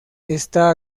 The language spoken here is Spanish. está